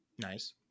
Nice